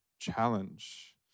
challenge